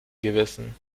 gewissen